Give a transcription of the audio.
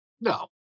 No